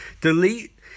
delete